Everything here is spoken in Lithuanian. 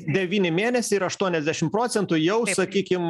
devyni mėnesiai ir aštuoniasdešim procentų jau sakykim